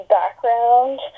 background